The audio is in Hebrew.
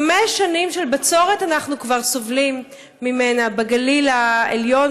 חמש שנים של בצורת אנחנו כבר סובלים ממנה בגליל העליון,